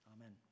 Amen